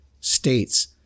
states